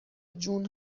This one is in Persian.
جون